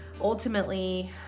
Ultimately